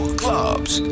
clubs